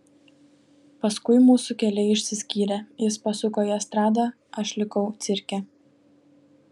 paskui mūsų keliai išsiskyrė jis pasuko į estradą aš likau cirke